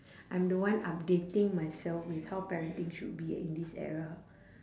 I'm the one updating myself with how parenting should be in this era